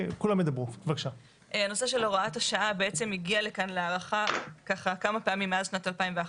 הנושא של הוראת השעה הגיע לכאן להארכה כמה פעמים מאז שנת 2011,